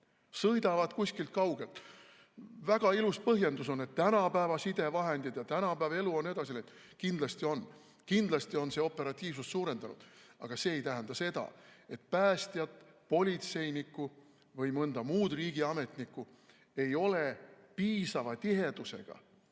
sõidavad kuskilt kaugelt. Väga ilus põhjendus on, et on tänapäeva sidevahendid ja tänapäeval on elu edasi läinud. Kindlasti on, kindlasti on see operatiivsust suurendanud, aga see ei võiks tähendada seda, et päästjaid, politseinikke või muid riigiametnikke ei ole piisava tihedusega